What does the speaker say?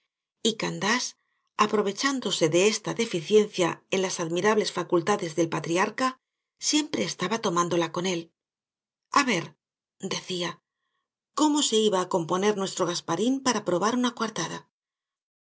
y candás aprovechándose de esta deficiencia en las admirables facultades del patriarca siempre estaba tomándola con él a ver decía cómo se iba á componer nuestro don gasparín para probar una coartada